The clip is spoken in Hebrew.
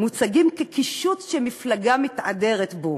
מוצגים כקישוט שמפלגה מתהדרת בו,